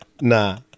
Nah